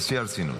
בשיא הרצינות.